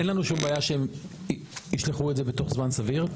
אין לנו שום בעיה שהם ישלחו את זה בתוך זמן סביר.